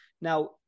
Now